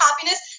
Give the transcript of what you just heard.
happiness